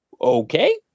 Okay